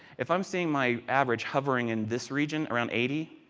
if i am seeing my average hovering in this region around eighty,